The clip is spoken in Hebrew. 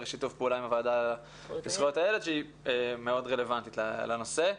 שיתוף פעולה עם הוועדה לזכויות הילד שהיא מאוד רלוונטית לנושא.